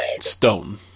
Stone